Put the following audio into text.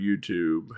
YouTube